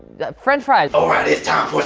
french fries. alright it's time